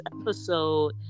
episode